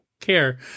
care